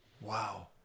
Wow